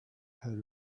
had